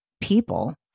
people